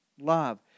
love